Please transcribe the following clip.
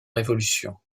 révolution